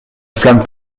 flamme